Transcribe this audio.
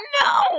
no